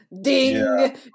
ding